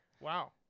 Wow